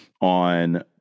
on